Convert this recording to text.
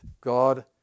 God